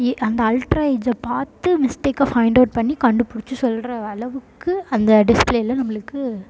இ அந்த அல்ட்ரா எட்ஜை பார்த்து மிஸ்டேக்கை ஃபைண்ட்அவுட் பண்ணி கண்டுபிடிச்சி சொல்கிற அளவுக்கு அந்த டிஸ்ப்ளேவில் நம்மளுக்கு